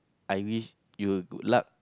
I wish you good luck